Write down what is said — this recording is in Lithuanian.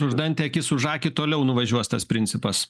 už dantį akis už akį toliau nuvažiuos tas principas